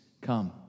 come